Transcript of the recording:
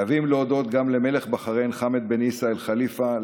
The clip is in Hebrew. חייבים להודות גם למלך בחריין חמד בן עיסא אאל ח'ליפה,